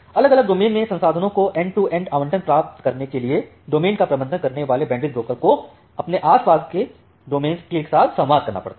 अलग अलग डोमेन में संसाधनों का एंड टू एंड आवंटन प्राप्त करने के लिए डोमेन का प्रबंधन करने वाले बैंडविड्थ ब्रोकर को अपने आस पास के डोमेन्स के साथ संवाद करना पड़ता है